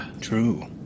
True